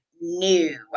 new